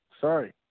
Sorry